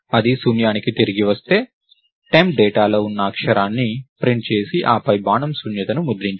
అది శూన్యాన్ని తిరిగి ఇస్తే టెంప్ డేటాలో ఉన్న అక్షరాన్ని ప్రింట్ చేసి ఆపై బాణం శూన్యతను ముద్రించండి